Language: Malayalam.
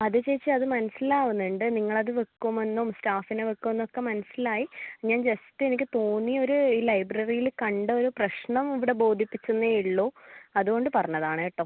അതെ ചേച്ചി അത് മനസ്സിലാവുന്നുണ്ട് നിങ്ങൾ അത് വയ്ക്കുമെന്നും സ്റ്റാഫിനെ വയ്ക്കും എന്നൊക്കെ മനസ്സിലായി ഞാൻ ജസ്റ്റ് എനിക്ക് തോന്നിയ ഒരു ഈ ലൈബ്രററിയിൽ കണ്ട ഒരു പ്രശ്നം ഇവിടെ ബോധിപ്പിച്ചെന്നേ ഉള്ളൂ അതുകൊണ്ട് പറഞ്ഞതാണ് കേട്ടോ